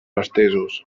estesos